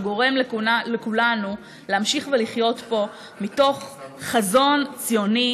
שגורם לכולנו להמשיך ולחיות פה מתוך חזון ציוני